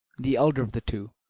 the elder of the two,